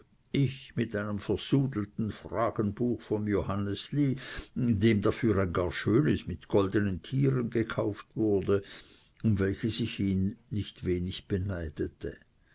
ich bekam ein versudeltes fragenbuch vom johannesli dem dafür ein gar schönes mit goldenen tieren gekauft wurde um welches ich ihn nicht wenig beneidete